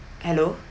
hello